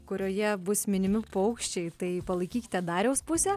kurioje bus minimi paukščiai tai palaikykite dariaus pusę